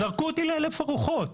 זרקו אותי לאלף אלפי רוחות.